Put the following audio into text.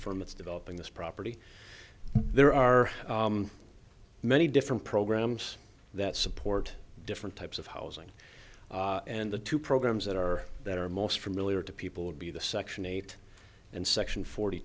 firm that's developing this property there are many different programs that support different types of housing and the two programs that are that are most familiar to people would be the section eight and section forty